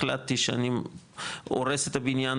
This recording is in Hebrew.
החלטתי שאני הורס את הבניין,